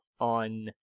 on